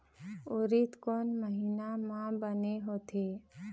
उरीद कोन महीना म बने होथे?